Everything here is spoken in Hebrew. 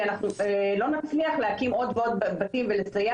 כי אנחנו לא נצליח להקים עוד ועוד בתים ולסייע